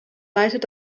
leitet